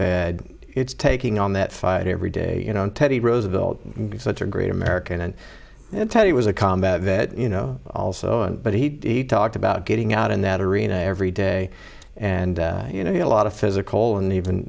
bed it's taking on that fight every day you know teddy roosevelt such a great american and i tell you was a combat vet you know also but he talked about getting out in that arena every day and you know a lot of physical and even